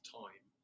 time